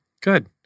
Good